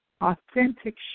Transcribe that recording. authentic